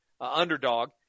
underdog